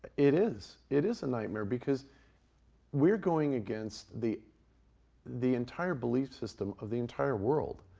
it is. it is a nightmare because we're going against the the entire belief system of the entire world.